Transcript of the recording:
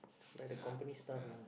buy the company stuff lah